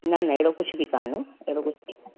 न न अहिड़ो कुझु बि कोन्हे अहिड़ो कुझु बि कोन्हे